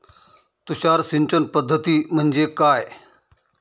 तुषार सिंचन पद्धती म्हणजे काय?